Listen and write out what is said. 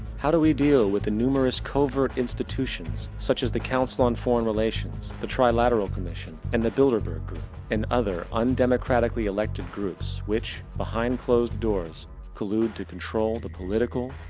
how do we deal with the numerous covert institutions, such as the council on foreign relations, the trilateral commission and the bilderberg group and the other undemocratically elected groups which behind closed doors collude to control the political,